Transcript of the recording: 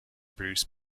produce